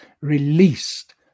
released